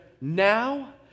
now